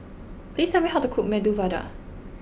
please tell me how to cook Medu Vada